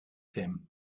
him